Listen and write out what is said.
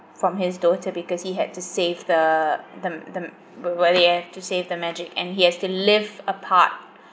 from his daughter because he had to save the the the the to save the magic and he has to live apart